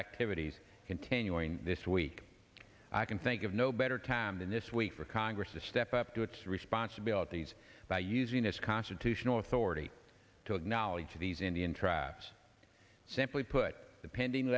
activities continuing this week i can think of no better time than this week for congress to step up to its responsibilities by using its constitutional authority to acknowledge these indian tribes simply put the pending